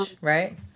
Right